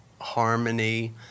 harmony